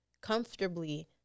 comfortably